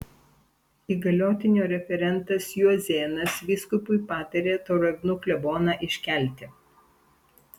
įgaliotinio referentas juozėnas vyskupui patarė tauragnų kleboną iškelti